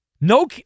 No